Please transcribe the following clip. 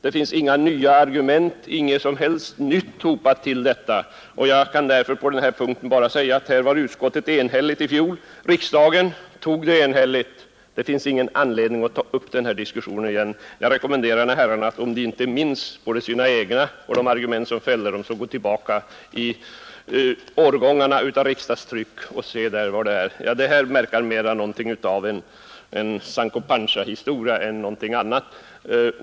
Det finns inga nya argument, inget som helst nytt hopat till detta, och jag kan på denna punkt bara säga att utskottet var enigt i fjol och att riksdagen fattade beslutet enhälligt. Det finns därför ingen anledning att ta upp diskussionen igen. Jag rekommenderar herrarna, om de inte minns sina egna och andras argument som fälldes då, att de går tillbaka i årgångarna av riksdagstryck och ser efter vad som står där. Det här verkar vara mera en Sancho Panza-historia än någonting annat.